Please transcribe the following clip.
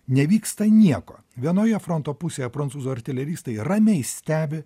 nevyksta nieko vienoje fronto pusėje prancūzų artileristai ramiai stebi